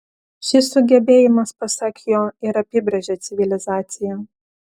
šis sugebėjimas pasak jo ir apibrėžia civilizaciją